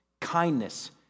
kindness